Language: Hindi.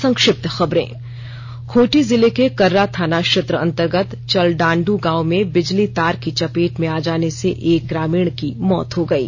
संक्षिप्त खबरें खूंटी जिले कर्रा थाना क्षेत्र अंतर्गत चलडान्ड्र गांव में बिजली तार की चपेट में आ जाने से एक ग्रामीण की मौत हो गयी